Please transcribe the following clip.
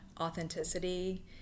authenticity